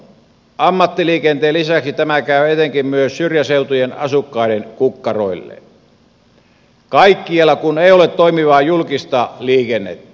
ammattiliikenteen lisäksi tämä käy etenkin myös syrjäseutujen asukkaiden kukkaroille kaikkialla kun ei ole toimivaa julkista liikennettä